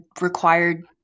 required